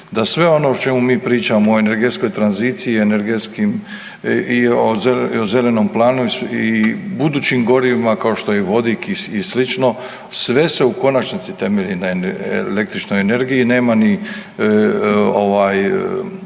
da sve ono o čemu mi pričamo o energetskoj tranziciji, i o zelenom planu, i budućim gorivima kao što je i o vodi i slično sve se u konačnici temelji na električnoj energiji. Nema ni